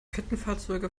kettenfahrzeuge